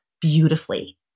beautifully